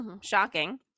shocking